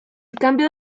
cambio